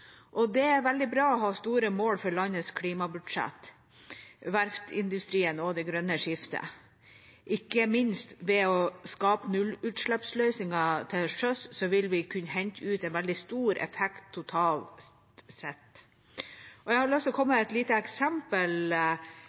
Det er veldig bra å ha store mål for landets klimabudsjett, verftsindustrien og det grønne skiftet. Ikke minst ved å skape nullutslippsløsninger til sjøs vil vi kunne hente ut en veldig stor effekt totalt sett. Jeg har lyst til å komme med et lite eksempel.